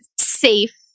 safe